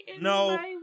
No